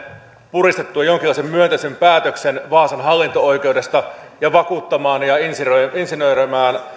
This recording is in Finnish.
puristamaan jonkinlaisen myönteisen päätöksen vaasan hallinto oikeudesta ja vakuuttamaan ja insinöröimään insinöröimään